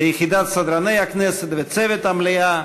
ליחידת סדרני הכנסת, לצוות המליאה,